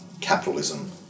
capitalism